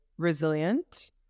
resilient